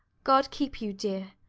god keep you, dear,